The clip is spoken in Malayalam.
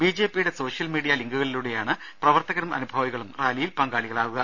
ബിജെപിയുടെ സോഷ്യൽ മീഡിയാ ലിങ്കുകളിലൂടെയാണ് പ്രവർത്തകരും അനുഭാവികളും റാലിയിൽ പങ്കാളികളാകുക